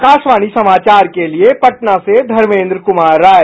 आकाशवाणी समाचार के लिए समाचार कक्ष से धर्मेन्द्र कुमार राय